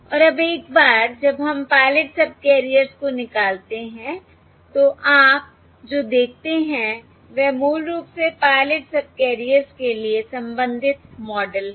3 और अब एक बार जब हम पायलट सबकैरियर्स को निकालते हैं तो आप जो देखते हैं वह मूल रूप से पायलट सबकैरियर्स के लिए संबंधित मॉडल है